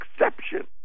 exception